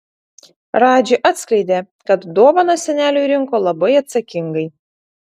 radži atskleidė kad dovaną seneliui rinko labai atsakingai